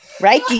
right